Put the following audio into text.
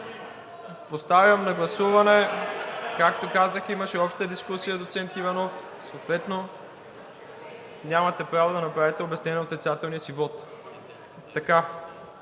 МИРОСЛАВ ИВАНОВ: Както казах, имаше обща дискусия, доцент Иванов. Съответно нямате право да направите обяснение на отрицателния си вот.